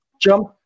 jump